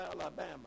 Alabama